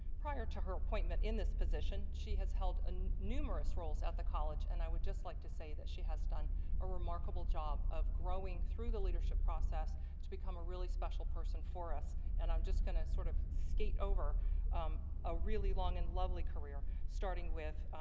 prior to her appointment in this position, she has held numerous roles at the college and i would just like to say that she has done a remarkable job of growing through the leadership process to become a really special person for us and i'm just going to sort of skate over um a really long and lovely career starting with